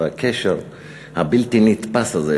והקשר הבלתי-נתפס הזה,